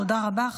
תודה רבה.